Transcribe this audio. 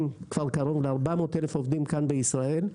כבר קרוב לארבע מאות אלף עובדים כאן בישראל,